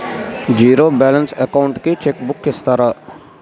Zero balance account కి cheque book ఇస్తారా?